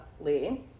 Lee